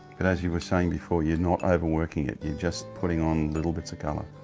and as you where saying before, you're not overworking it, you're just putting on little bits of color.